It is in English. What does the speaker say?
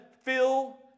fill